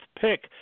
pick